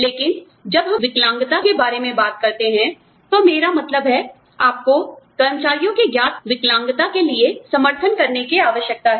लेकिन जब हम विकलांगता के बारे में बात करते हैं तो मेरा मतलब है आपको कर्मचारियों की ज्ञात विकलांगता के लिए समर्थन करने की आवश्यकता है